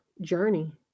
journey